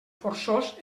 forçós